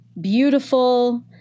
beautiful